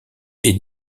est